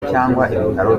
ibitaro